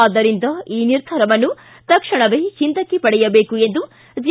ಆದ್ದರಿಂದ ಈ ನಿರ್ಧಾರವನ್ನು ತಕ್ಷಣವೇ ಹಿಂದಕ್ಕೆ ಪಡೆಯಬೇಕು ಎಂದು ಜೆ